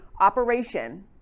operation